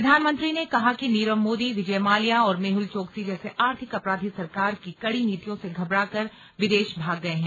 प्रधानमंत्री ने कहा कि नीरव मोदी विजय माल्या और मेहल चोकसी जैसे आर्थिक अपराधी सरकार की कड़ी नीतियों से घबराकर विदेश भाग गये हैं